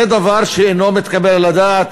זה דבר שאינו מתקבל על הדעת.